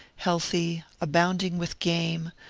healthy, abounding with game,